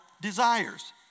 desires